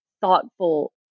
thoughtful